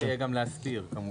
כן, צריך יהיה גם להסביר כמובן.